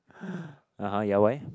(uh huh) ya why